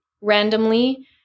randomly